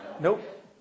nope